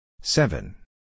Seven